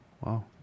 wow